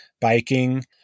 biking